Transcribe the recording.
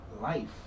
life